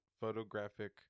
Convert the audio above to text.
photographic